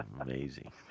amazing